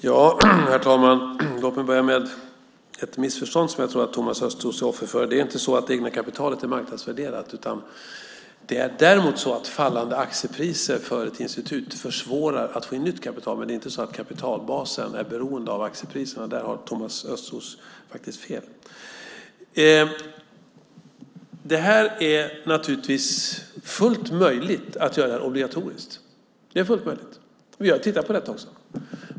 Herr talman! Låt mig börja med ett missförstånd som jag tror att Thomas Östros är offer för. Det egna kapitalet är inte marknadsvärderat. Fallande aktiepriser försvårar för ett institut att få in nytt kapital, men kapitalbasen är inte beroende av aktiepriserna. Där har Thomas Östros faktiskt fel. Det här är naturligtvis fullt möjligt att göra obligatoriskt. Det är fullt möjligt. Vi har tittat på det också.